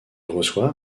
reçoit